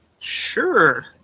Sure